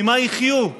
ממה יחיו?